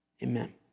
Amen